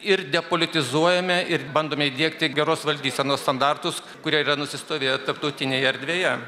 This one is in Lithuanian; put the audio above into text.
ir depolitizuojame ir bandome įdiegti geros valdysenos standartus kurie yra nusistovėję tarptautinėje erdvėje